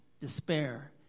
despair